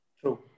True